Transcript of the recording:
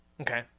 Okay